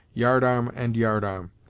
yard-arm and yard-arm,